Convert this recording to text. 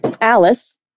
Alice